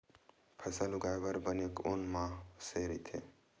फसल उगाये बर बने माह कोन से राइथे?